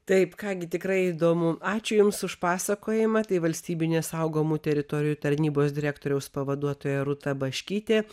taip ką gi tikrai įdomu ačiū jums už pasakojimą tai valstybinės saugomų teritorijų tarnybos direktoriaus pavaduotoja rūta baškytė